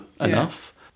enough